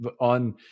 on